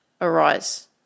arise